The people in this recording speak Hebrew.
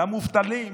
למובטלים,